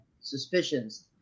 suspicions